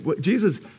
Jesus